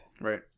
Right